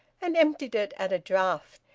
and emptied it at a draught.